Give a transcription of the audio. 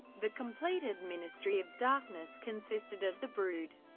the completed ministry of darkness consisted of the brood,